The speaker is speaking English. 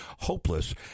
hopeless